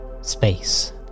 space